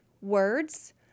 words